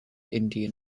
indian